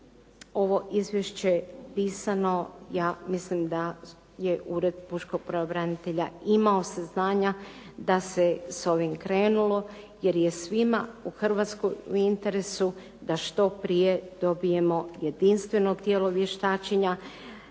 ovo izvješće pisano ja mislim da je Ured pučkog pravobranitelja imao saznanja da se sa ovim krenulo jer je svima u Hrvatskoj u interesu da što prije dobijemo jedinstveno tijelo vještačenja